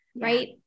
right